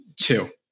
two